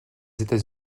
états